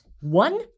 One